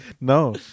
No